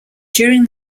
during